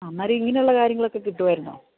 അന്നേരം ഇങ്ങനെയുള്ള കാര്യങ്ങളൊക്കെ കിട്ടുമായിരുന്നോ